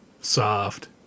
soft